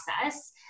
process